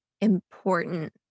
important